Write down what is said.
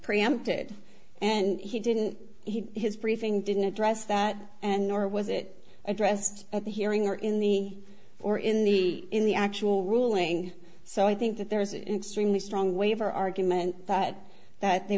preempted and he didn't heed his briefing didn't address that and nor was it addressed at the hearing or in the or in the in the actual ruling so i think that there is it extremely strong waiver argument that that they